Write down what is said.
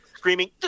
Screaming